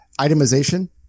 itemization